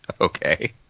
Okay